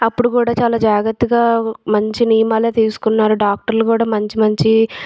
అప్పుడు కూడా చాలా జాగ్రత్తగా మంచి నియమాలే తీసుకున్నారు డాక్టర్లు కూడా మంచి మంచి